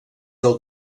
del